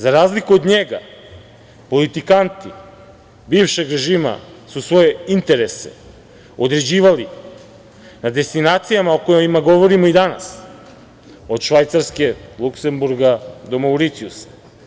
Za razliku od njega, politikanti bivšeg režima su svoje interese određivali na destinacijama o kojima govorimo i danas od Švajcarske, Luksemburga do Mauricijusa.